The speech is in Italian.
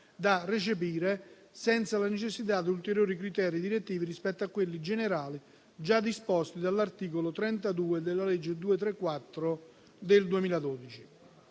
da recepire senza la necessità di ulteriori criteri direttivi rispetto a quelli generali già disposti dall'articolo 32 della legge n. 234 del 2012.